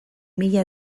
mila